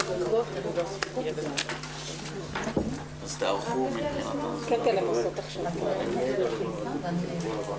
ננעלה בשעה 12:10.